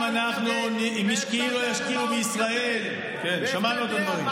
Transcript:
אם לא ישקיעו בישראל, איך אתה יודע?